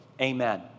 amen